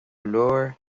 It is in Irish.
leabhair